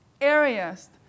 areas